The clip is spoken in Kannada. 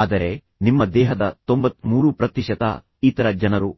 ಆದರೆ ನಿಮ್ಮ ದೇಹದ 93 ಪ್ರತಿಶತ ಇತರ ಜನರು